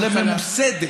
שחיתות ממוסדת.